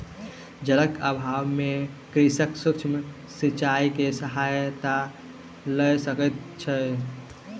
जलक अभाव में कृषक सूक्ष्म सिचाई के सहायता लय सकै छै